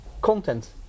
content